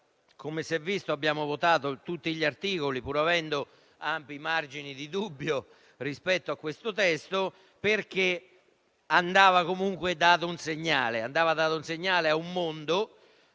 Come si è visto, noi abbiamo votato tutti gli articoli, pur avendo ampi margini di dubbio rispetto a questo testo, perché andava comunque dato un segnale a un mondo